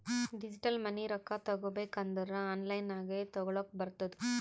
digital money ರೊಕ್ಕಾ ತಗೋಬೇಕ್ ಅಂದುರ್ ಆನ್ಲೈನ್ ನಾಗೆ ತಗೋಲಕ್ ಬರ್ತುದ್